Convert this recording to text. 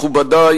מכובדי,